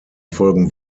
folgen